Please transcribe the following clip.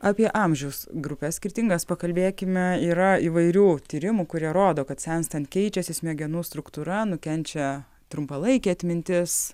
apie amžiaus grupes skirtingas pakalbėkime yra įvairių tyrimų kurie rodo kad senstant keičiasi smegenų struktūra nukenčia trumpalaikė atmintis